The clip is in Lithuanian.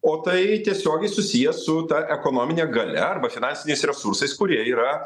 o tai tiesiogiai susiję su ta ekonomine galia arba finansiniais resursais kurie yra